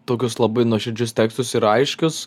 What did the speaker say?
tokius labai nuoširdžius tekstus ir aiškius